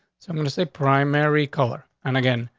so i'm gonna say, primary color and again,